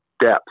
depth